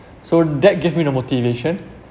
so that gave me the motivation